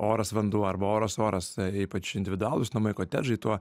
oras vanduo arba oras oras ypač individualūs namai kotedžai tuo